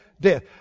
death